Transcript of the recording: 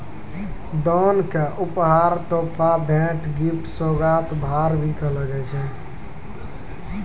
दान क उपहार, तोहफा, भेंट, गिफ्ट, सोगात, भार, भी कहलो जाय छै